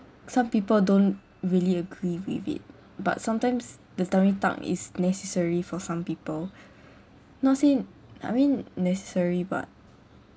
some people don't really agree with it but sometimes the tummy tuck is necessary for some people not saying I mean necessary but